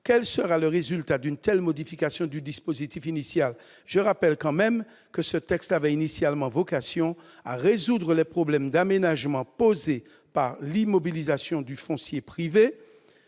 Quel sera le résultat d'une telle modification du dispositif initial ? Je rappelle quand même que ce texte avait pour vocation première de résoudre les problèmes d'aménagement posés par l'immobilisation du foncier privé.